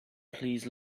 please